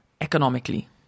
economically